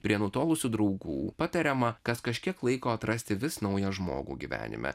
prie nutolusių draugų patariama kas kažkiek laiko atrasti vis naują žmogų gyvenime